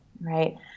right